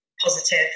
positive